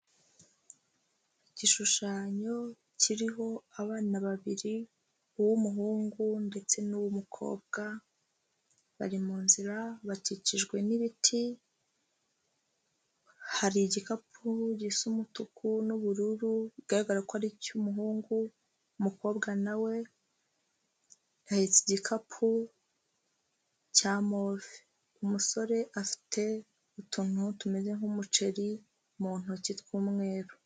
Igishushanyo kiriho abana babiri uw'umuhungu ndetse n'uw'umukobwa, bari mu nzira bakikijwe n'ibiti, hari igikapu gisa umutuku n'ubururu bigaragara ko ari icy'umuhungu, umukobwa na we ahetse igikapu cya move, umusore afite utuntu tumeze nk'umuceri mu ntoki tw'umweru.